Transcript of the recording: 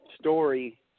story